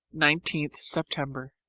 nineteenth september